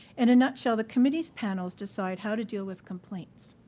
in a nutshell, the committee's panels decide how to deal with complaints.